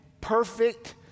perfect